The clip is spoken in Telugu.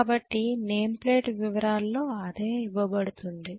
కాబట్టి నేమ్ ప్లేట్ వివరాలలో అదే ఇవ్వబడుతుంది